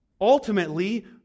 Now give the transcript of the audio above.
ultimately